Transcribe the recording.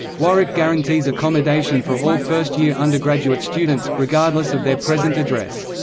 warwick guarantees accommodation for all first-year undergraduate students, regardless of their present address.